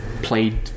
Played